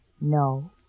No